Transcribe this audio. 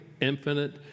infinite